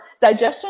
digestion